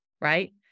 right